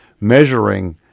measuring